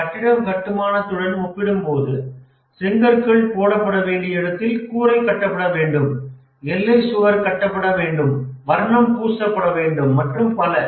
ஒரு கட்டிட கட்டுமானத்துடன் ஒப்பிடும்போது செங்கற்கள் போடப்பட வேண்டிய இடத்தில் கூரை கட்டப்பட வேண்டும் எல்லைச் சுவர் கட்டப்பட வேண்டும் வர்ணம் பூசப்பட வேண்டும் மற்றும் பல